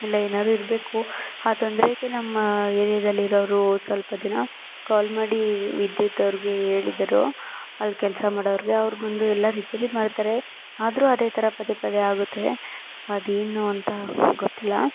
ಇಲ್ಲ ಏನಾರೂ ಇರಬೇಕು ಆ ತೊಂದರೆಗೆ ನಮ್ಮ ಏರ್ಯಾದಲ್ಲಿರೋವ್ರು ಸ್ವಲ್ಪ ಜನ ಕಾಲ್ ಮಾಡಿ ವಿದ್ಯುತ್ ಅವ್ರಿಗೆ ಹೇಳಿದರು ಅಲ್ಲಿ ಕೆಲಸ ಮಾಡೋವ್ರ್ಗೆ ಅವ್ರು ಬಂದು ಎಲ್ಲ ರಿಪೇರಿ ಮಾಡ್ತಾರೆ ಆದರೂ ಅದೇ ಥರ ಪದೇ ಪದೇ ಆಗುತ್ತೆ ಅದೇನು ಅಂತ ಗೊತ್ತಿಲ್ಲ